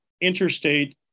interstate